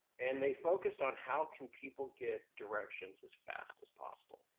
and they focused on how can people get directions as fast as possible.